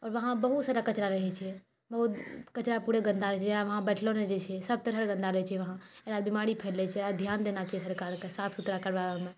आओर वहाँ बहुत सारा कचरा रहै छै बहुत कचरा पूरे गन्दा रहै छै जाहि कारण वहाँ बैठलऽ नहि जाइ छै सब तरफ गन्दा रहै छै वहाँ एकरासँ बीमारी फैलै छै धिआन देना चाही सरकारके साफ सुथरा करबाबैमे